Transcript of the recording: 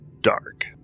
dark